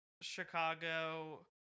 Chicago